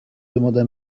demanda